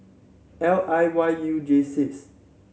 L I Y U J six